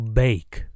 bake